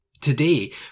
Today